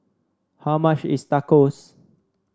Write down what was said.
how much is Tacos